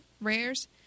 rares